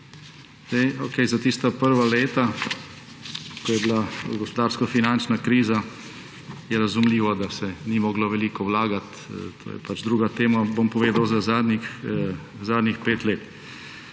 za tista prva leta, ko je bila gospodarsko-finančna kriza, je razumljivo, da se ni moglo veliko vlagati, to je pač druga tema, bom povedal za zadnjih pet let.